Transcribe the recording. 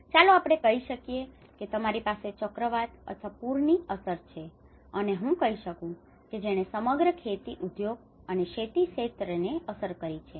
ચાલો આપણે કહી શકીએ કે તમારી પાસે ચક્રવાત અથવા પૂરની અસર છે અને હું કહી શકું કે જેણે સમગ્ર ખેતી ઉદ્યોગ અને ખેતી ક્ષેત્રને અસર કરી છે